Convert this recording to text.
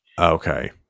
Okay